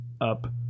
up